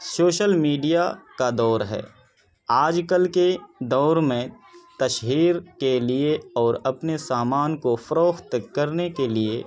social media کا دور ہے آج کل کے دور میں تشہیر کے لیے اور اپنے سامان کو فروخت کرنے کے لیے